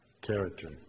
Character